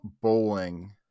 bowling